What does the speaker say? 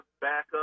backup